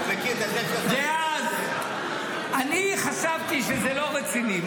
ואז אני חשבתי שזה לא רציני.